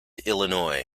illinois